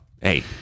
hey